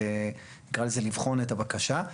נקרא לזה לבחון את הבקשה.